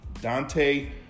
Dante